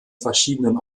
verschiedenen